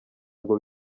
ngo